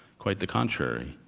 quite the contrary.